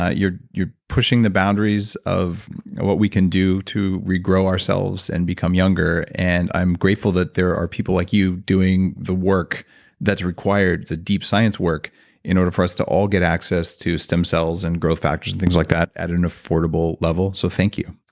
ah you're you're pushing the boundaries of what we can do to regrow ourselves and become younger. and i'm grateful that there are people like you doing the work that's required, the deep science work in order for us to all get access to stem cells and growth factors things like that at an affordable level. so, thank you.